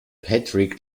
patrick